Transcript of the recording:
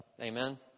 Amen